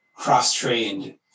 cross-trained